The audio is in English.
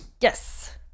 yes